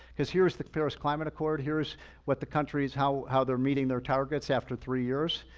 cause here's the paris climate accord. here is what the countries, how how they're meeting their targets after three years,